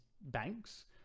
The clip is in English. banks